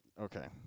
Okay